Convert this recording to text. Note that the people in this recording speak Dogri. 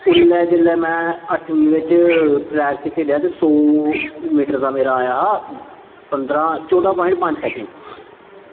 उसलै जिसलै में अट्ठमीं बिच्च ट्रैक बिच्च खेढेआ ते सौ मीटर दा मेरा आया हा चौदां पवाईंट पंज सैंकट